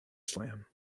slam